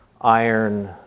iron